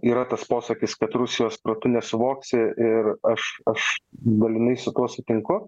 yra tas posakis kad rusijos protu nesuvoksi ir aš aš dalinai su tuo sutinku